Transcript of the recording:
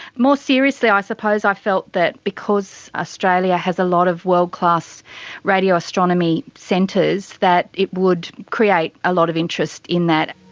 more seriously, i suppose i felt that because australia has a lot of world-class radio astronomy centres, that it would create a lot of interest in that.